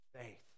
Faith